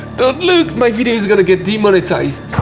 don't look! my video is gonna get demonetized.